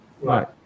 Right